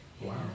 Wow